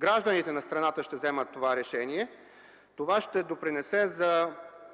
гражданите ще вземат това решение, то ще допринесе за